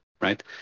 right